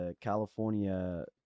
california